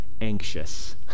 anxious